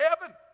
heaven